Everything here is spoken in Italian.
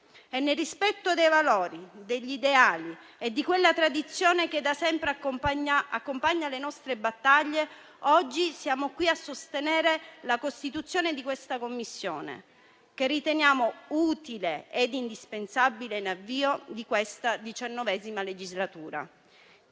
Nel rispetto dei valori, degli ideali e di quella tradizione che da sempre accompagna le nostre battaglie, oggi siamo qui a sostenere la costituzione di questa Commissione, che riteniamo utile e indispensabile in avvio di questa XIX legislatura.